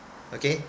okay